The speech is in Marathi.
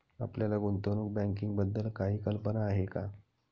आपल्याला गुंतवणूक बँकिंगबद्दल काही कल्पना आहे का?